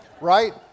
Right